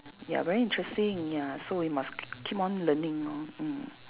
ya very interesting ya so you must k~ keep on learning lor mm